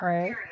Right